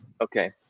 Okay